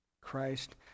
Christ